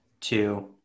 two